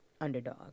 underdog